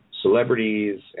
celebrities